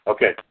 Okay